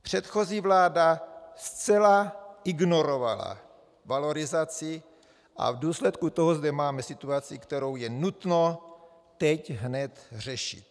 Předchozí vláda zcela ignorovala valorizaci a v důsledku toho zde máme situaci, kterou je nutno teď hned řešit.